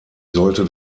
sollte